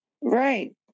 right